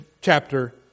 chapter